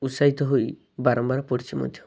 ଉତ୍ସାହିତ ହୋଇ ବାରମ୍ବାର ପଢ଼ିଛି ମଧ୍ୟ